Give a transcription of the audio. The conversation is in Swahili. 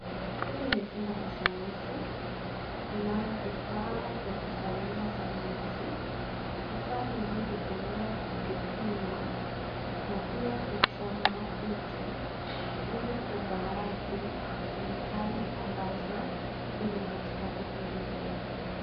Hili ni jumba la sayansi linalo vifaa vya kufanyia sayansi. Vifaa hivi hutumiwa kwa kupima, na pia kuchoma vitu ili kubaadhi kemikali ambazo vimo katika vitu hivyo.